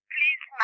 Please